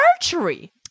archery